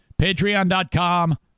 Patreon.com